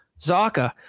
Zaka